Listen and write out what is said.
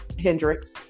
Hendrix